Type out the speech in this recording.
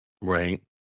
Right